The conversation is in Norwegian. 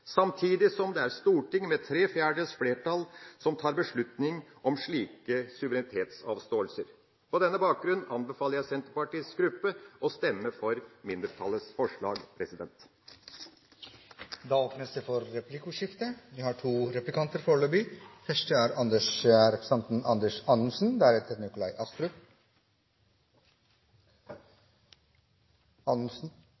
samtidig som det er Stortinget som med tre fjerdedels flertall tar beslutning om slike suverenitetsavståelser. På denne bakgrunn anbefaler jeg Senterpartiets gruppe å stemme for mindretallets forslag. Det blir replikkordskifte. Vi kan i hvert fall konstatere at representanten